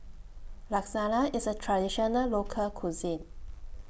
Lasagna IS A Traditional Local Cuisine